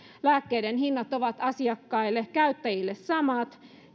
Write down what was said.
lääkkeiden hinnat ovat käyttäjille samat